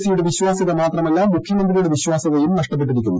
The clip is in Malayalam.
സി യുടെ വിശ്വാസ്യത മാത്രമല്ല് മുഖ്യമന്ത്രിയുടെ വിശ്വാസ്യതയും നഷ്ടപ്പെട്ടിരിക്കുന്നു